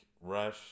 Rush